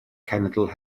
cenedl